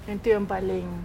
yang itu yang paling